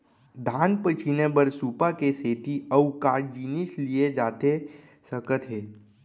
धान पछिने बर सुपा के सेती अऊ का जिनिस लिए जाथे सकत हे?